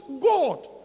God